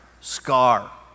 Scar